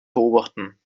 beobachten